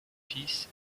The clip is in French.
fils